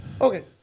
Okay